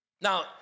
Now